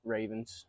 Ravens